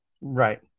Right